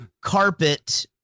carpet